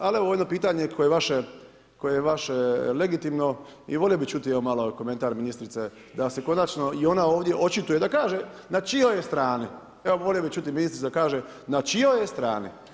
Ali evo jedno pitanje koje je vaše legitimno i volio bi čuti evo malo komentar ministrice da se konačno i ona ovdje očituje, da kaže na čijoj je strani, evo volio bi čuti ministricu da kaže na čijoj je strani.